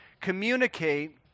communicate